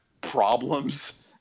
problems